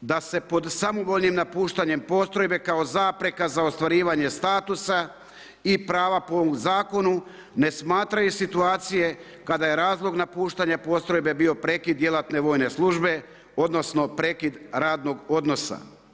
da se pod samovoljnim napuštanjem postrojbe kao zapreka za ostvarivanje statusa i prava po ovom zakonu ne smatraju situacije kada je razlog napuštanja postrojbe bio prekid djelatne vojne službe, odnosno prekid radnog odnosa.